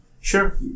Sure